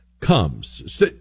comes